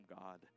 God